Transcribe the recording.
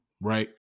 right